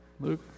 Luke